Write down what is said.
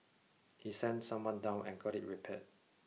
he sent someone down and got it repaired